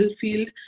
field